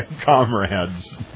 comrades